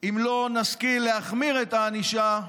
אם לא נשכיל להחמיר את הענישה,